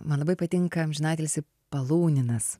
man labai patinka amžinatilsį paluninas